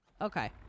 Okay